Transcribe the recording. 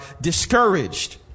discouraged